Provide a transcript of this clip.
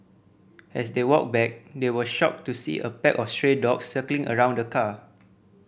as they walked back they were shocked to see a pack of stray dogs circling around the car